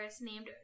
named